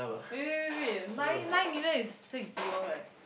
wait wait wait wait wait nine nine million is six zero right